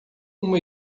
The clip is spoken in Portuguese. uma